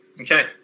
Okay